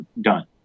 done